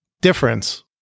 difference